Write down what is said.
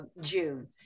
june